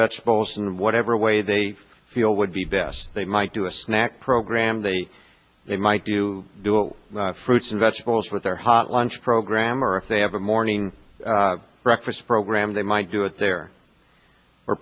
vegetables in whatever way they feel would be best they might do a snack program they they might do dual fruits and vegetables with their hot lunch program or if they have a morning breakfast program they might do it